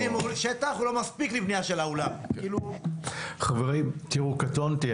חברים תראו, קטונתי.